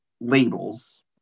Labels